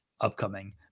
upcoming